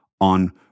on